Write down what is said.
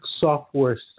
software